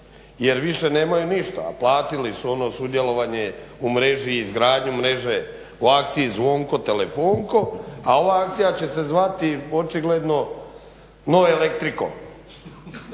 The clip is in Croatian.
jer više nemaju ništa a platili su ono sudjelovanje u mreži, izgradnju mreže u akciji Zvonko telefonsko, a ova akcija će se zvati očigledno no Elektriko.